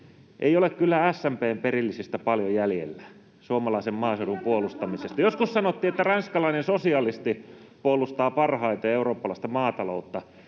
Ei ole kyllä SMP:n perillisistä paljon jäljellä suomalaisen maaseudun puolustamisessa. Joskus sanottiin, että ranskalainen sosialisti puolustaa parhaiten eurooppalaista maataloutta.